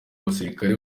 abasirikare